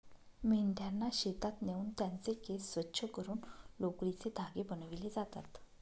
मेंढ्यांना शेतात नेऊन त्यांचे केस स्वच्छ करून लोकरीचे धागे बनविले जातात